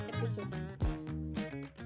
episode